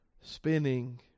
spinning